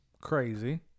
Crazy